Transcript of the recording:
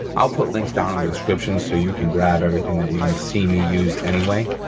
i'll put links down in the description so you can grab everything that you're gonna see me use anyway.